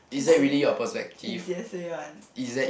Jun-Jie Jun-Jie say one